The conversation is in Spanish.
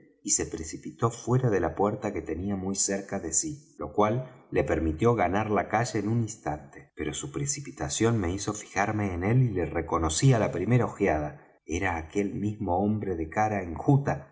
y se precipitó fuera de la puerta que tenía muy cerca de sí lo cual le permitió ganar la calle en un instante pero su precipitación me hizo fijarme en él y le reconocí á la primera ojeada era aquel mismo hombre de cara enjuta